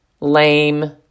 lame